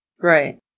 Right